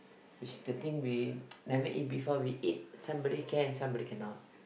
with the thing we never eat before we eat somebody can somebody cannot